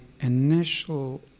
initial